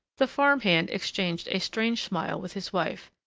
the farm-hand exchanged a strange smile with his wife,